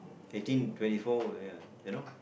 I think twenty four ya you know